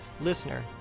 listener